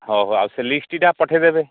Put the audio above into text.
ହଉ ହଉ ଆଉ ସେ ଲିଷ୍ଟଟିଟା ପଠେଇଦେବେ